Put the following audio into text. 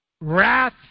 wrath